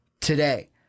today